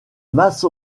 masse